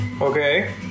okay